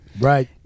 Right